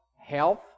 health